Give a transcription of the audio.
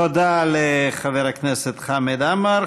תודה לחבר הכנסת חמד עמאר.